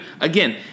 Again